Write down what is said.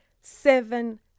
Seven